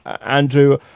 Andrew